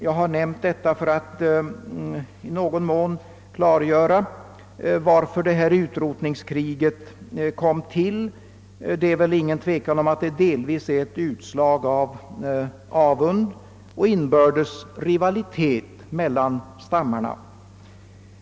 Jag har nämnt detta för att i någon mån klargöra varför det nämnda utrotningskriget började. Det torde inte råda någon tvekan om att det kriget delvis är ett utslag av avund och inbördes rivalitet mellan stammarna.